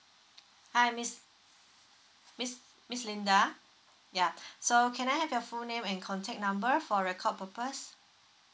hi miss miss miss Linda yeah so can I have your full name and contact number for record purpose